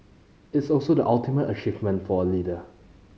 it's also the ultimate achievement for a leader